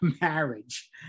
marriage